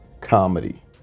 comedy